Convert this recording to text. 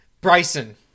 Bryson